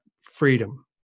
freedom